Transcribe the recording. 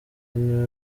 niwe